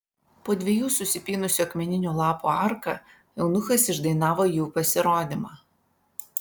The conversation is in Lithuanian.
po dviejų susipynusių akmeninių lapų arka eunuchas išdainavo jų pasirodymą